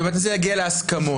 באמת ניסינו להגיע להסכמות.